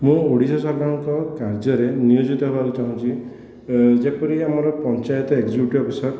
ମୁଁ ଓଡ଼ିଶା ସରକାରଙ୍କ କାର୍ଯ୍ୟରେ ନିୟୋଜିତ ହେବାକୁ ଚାହୁଁଛି ଯେପରି ଆମର ପଞ୍ଚାୟତ ଏଗଜୁକିଟିଭ ଅଫିସର